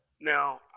Now